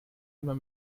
immer